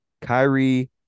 Kyrie